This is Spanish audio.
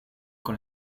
con